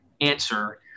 answer